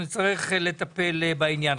אנחנו נצטרך לטפל בעניין.